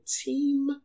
team